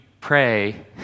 pray